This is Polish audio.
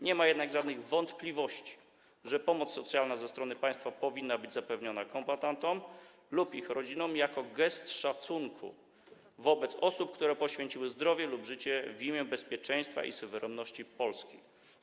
Nie ma jednak żadnych wątpliwości, że pomoc socjalna ze strony państwa powinna być zapewniona kombatantom lub ich rodzinom jako gest szacunku wobec osób, które poświęciły zdrowie lub życie w imię bezpieczeństwa i suwerenności Polski.